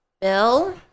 Bill